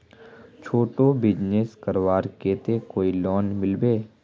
छोटो बिजनेस करवार केते कोई लोन मिलबे?